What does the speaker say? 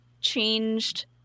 changed